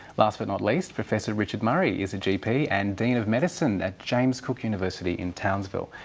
last but not least, professor richard murray is a gp and dean of medicine at james cook university in townsville.